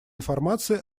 информации